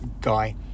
guy